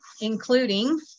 including